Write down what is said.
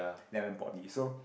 Nanyang Poly so